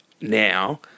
now